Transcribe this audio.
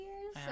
years